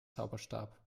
zauberstab